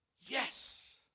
Yes